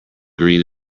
green